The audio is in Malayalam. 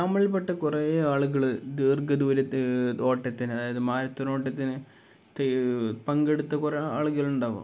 നമ്മളില്പ്പെട്ട കുറേയാളുകള് ദീർഘദൂര ഓട്ടത്തിന് അതായത് മാരത്തോണ് ഓട്ടത്തിന് പങ്കെടുത്ത കുറേ ആളുകളുണ്ടാകാം